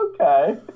okay